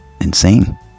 insane